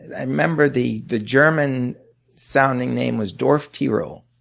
i remember the the german sounding name was dorf tirol.